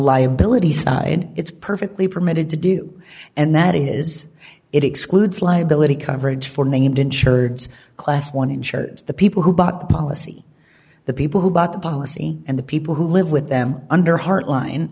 liability side it's perfectly permitted to do and that is it excludes liability coverage for named insured class one insures the people who bought the policy the people who bought the policy and the people who live with them under hartline